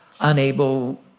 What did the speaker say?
unable